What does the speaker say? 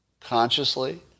consciously